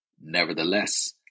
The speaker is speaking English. Nevertheless